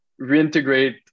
reintegrate